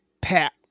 Pat